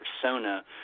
persona